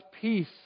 peace